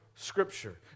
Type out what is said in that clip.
scripture